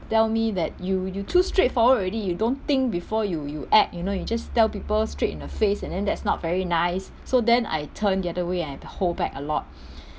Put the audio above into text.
tell me that you you too straightforward already you don't think before you you act you know you just tell people straight in the face and then that's not very nice so then I turn the other way and I had to hold back a lot